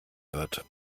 wird